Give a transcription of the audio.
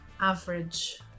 average